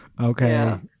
Okay